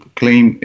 claim